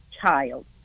child